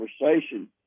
conversation